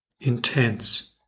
intense